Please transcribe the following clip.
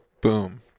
boom